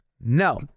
No